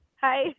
Hi